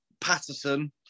Patterson